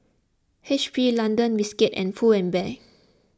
H P London Biscuits and Pull and Bear